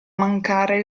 mancare